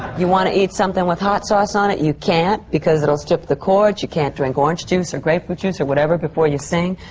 you want to eat something with hot sauce on it, you can't, because it'll strip the chords. you can't drink orange juice or grapefruit juice or whatever before you sing.